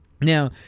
Now